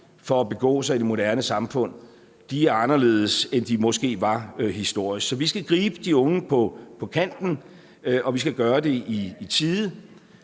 for at begå sig i det moderne samfund, er anderledes, end de måske var historisk. Så vi skal gribe de unge på kanten, og vi skal gøre det i tide.